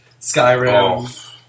Skyrim